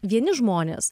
vieni žmonės